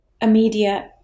immediate